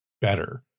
better